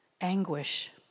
anguish